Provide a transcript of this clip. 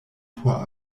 por